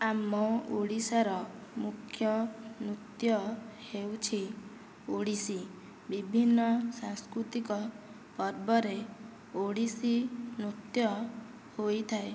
ଆମ ଓଡ଼ିଶାର ମୁଖ୍ୟ ନୃତ୍ୟ ହେଉଛି ଓଡ଼ିଶୀ ବିଭିନ୍ନ ସାଂସ୍କୃତିକ ପର୍ବରେ ଓଡ଼ିଶୀ ନୃତ୍ୟ ହୋଇଥାଏ